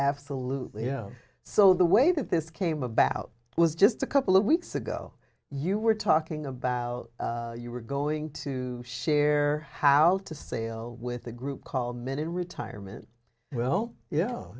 absolutely you know so the way that this came about was just a couple of weeks ago you were talking about you were going to share how to sail with a group called men in retirement well y